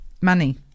money